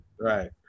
Right